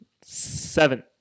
seven